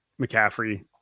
McCaffrey